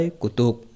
kutuk